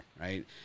right